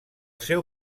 seu